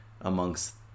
amongst